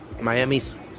Miami's